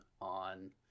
on